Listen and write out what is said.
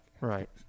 Right